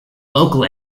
local